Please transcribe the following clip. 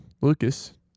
Lucas